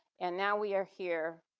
and now we are here,